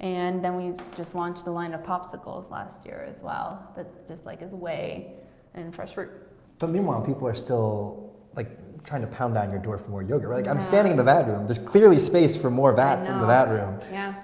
and then we just launched a line of popsicles last year as well, that just like is whey and fresh fruit meanwhile, people are still like trying to pound on your door for more yogurt. like i'm standing in the vat room. there's clearly space for more vats in the vat room yeah